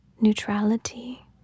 neutrality